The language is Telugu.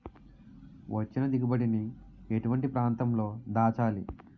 వచ్చిన దిగుబడి ని ఎటువంటి ప్రాంతం లో దాచాలి?